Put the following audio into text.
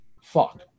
fuck